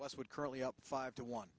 westwood currently up five to one